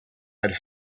had